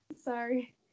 Sorry